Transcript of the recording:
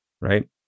Right